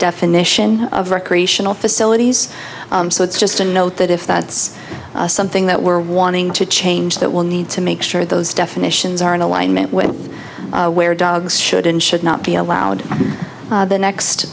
definition of recreational facilities so it's just a note that if that's something that we're wanting to change that will need to make sure those definitions are in alignment with where dogs should and should not be allowed